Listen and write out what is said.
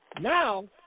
now